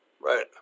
Right